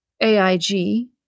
AIG